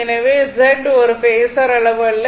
எனவேஒரு phasor அளவு அல்ல